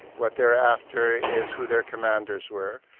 what they're after is who their commanders were,